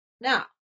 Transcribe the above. now